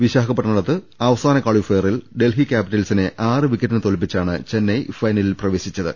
വിശാഖപട്ടണത്ത് അവസാന കാളിഫയറിൽ ഡൽഹി ക്യാപ്പിറ്റൽസിനെ ആറ് വിക്കറ്റിന് തോൽപ്പിച്ചാണ് ചെന്നൈ ഫൈനലിൽ പ്രവേശിച്ചത്